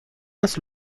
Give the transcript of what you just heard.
است